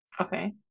okay